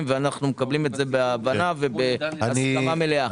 ואנחנו מקבלים את זה בהבנה ובהסכמה מלאה.